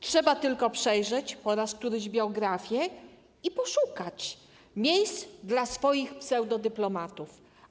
Trzeba tylko przejrzeć po raz któryś biografie i poszukać miejsc dla swoich pseudodyplomatów.